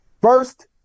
first